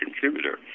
contributor